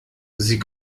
sie